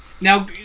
Now